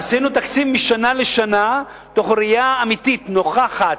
עשינו תקציב משנה לשנה תוך ראייה אמיתית, נוכחת,